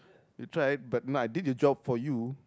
you tried but nah I did your job for you